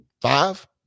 five